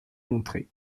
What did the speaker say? montré